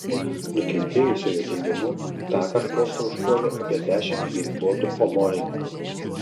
nukentėjusiojo teigimu tąkart postą užpuolė apie dešimt ginkluotų omonininkų